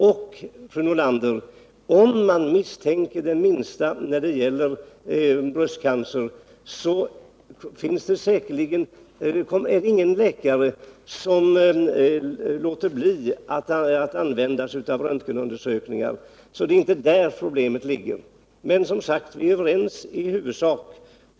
Och, fru Nordlander, om det finns den minsta misstanke om bröstcancer finns det säkerligen ingen läkare som låter bli att använda sig av röntgenundersökningar. Det är inte där problemet ligger. Viär, som sagt, överens i huvudsak.